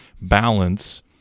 balance